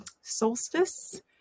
Solstice